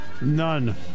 None